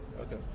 Okay